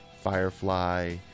Firefly